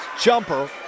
jumper